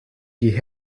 die